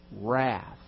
wrath